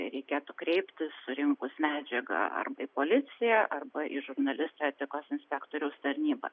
reikėtų kreiptis surinkus medžiagą arba į policiją arba į žurnalistų etikos inspektoriaus tarnybą